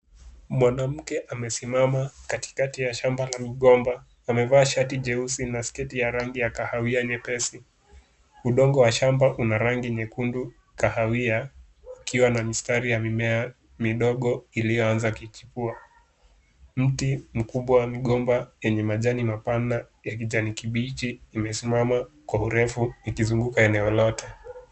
Mwanamke amesimama katikati ya shamba la mgomba, amevaa shati jeusi na sketi ya rangi ya kahawia nyepesi. Udongo wa shamba una rangi nyekundu, kahawia, ikiwa na mistari ya mimea midogo iliyoanza kuchipua. Mti mkubwa ya mgomba yenye majani mapana ya kijani kibichi imesimama kwa urefu ikizunguka eneo lote.